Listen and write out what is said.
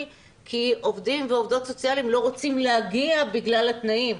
כי עובדים ועובדות סוציאליים לא רוצים להגיע בגלל התנאים,